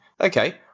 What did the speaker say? Okay